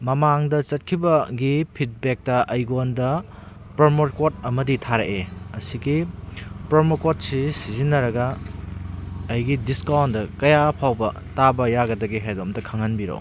ꯃꯃꯥꯡꯗ ꯆꯠꯈꯤꯕꯒꯤ ꯐꯤꯠꯕꯦꯛꯇ ꯑꯩꯉꯣꯟꯗ ꯄ꯭ꯔꯣꯃꯣꯔꯀꯣꯠ ꯑꯃꯗꯤ ꯊꯥꯔꯛꯑꯦ ꯑꯁꯤꯒꯤ ꯄ꯭ꯔꯣꯃꯣ ꯀꯣꯠꯁꯤ ꯁꯤꯖꯤꯟꯅꯔꯒ ꯑꯩꯒꯤ ꯗꯤꯁꯀꯥꯎꯟꯗ ꯀꯌꯥꯐꯥꯎꯕ ꯇꯥꯕ ꯌꯥꯒꯗꯒꯦ ꯍꯥꯏꯕꯗꯣ ꯑꯃꯨꯛꯇ ꯈꯪꯍꯟꯕꯤꯔꯛꯎ